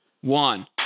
one